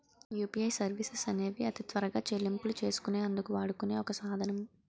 UPI services అనేవి అతి త్వరగా చెల్లింపులు చేసుకునే అందుకు వాడుకునే ఒక సాధనం